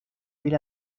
del